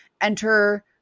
enter